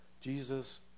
Jesus